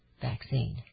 vaccine